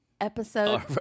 episode